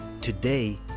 Today